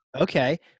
okay